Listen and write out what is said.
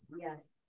Yes